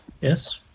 yes